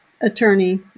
attorney